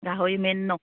গাহৰি মেইন ন